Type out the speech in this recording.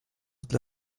dla